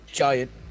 giant